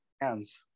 hands